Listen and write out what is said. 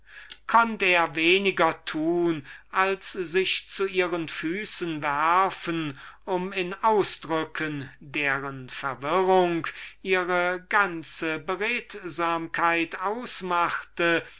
konnt er weniger tun als sich zu ihren füßen werfen um in ausdrücken deren verwirrung ihre ganze beredsamkeit ausmachte